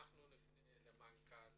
נפנה למנכ"ל